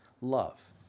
love